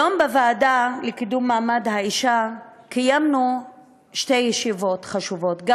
היום בוועדה לקידום מעמד האישה קיימנו שתי ישיבות חשובות.